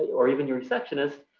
or even your receptionist,